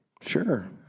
Sure